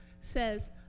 says